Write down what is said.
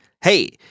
hey